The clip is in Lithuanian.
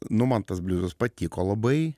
nu man tas bliuzus patiko labai